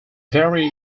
vary